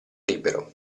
libero